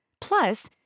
Plus